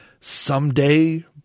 someday